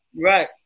Right